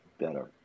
better